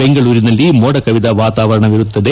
ಬೆಂಗಳೂರಿನಲ್ಲಿ ಮೋಡ ಕವಿದ ವಾತಾವರಣವಿರುತ್ತದೆ